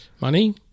Money